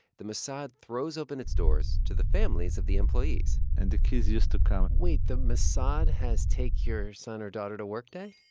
the mossad throws open its doors to the families of the employees and the kids used to come wait. the mossad has take your son or daughter to work day?